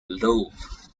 dove